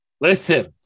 Listen